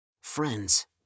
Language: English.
Friends